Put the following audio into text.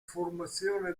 formazione